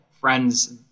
friends